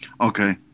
Okay